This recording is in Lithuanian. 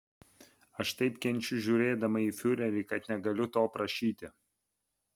aš taip kenčiu žiūrėdama į fiurerį kad negaliu to aprašyti